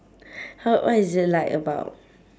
!huh! what is it like about